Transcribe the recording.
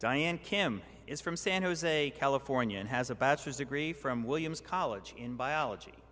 diane kim is from san jose california and has a bachelor's degree from williams college in biology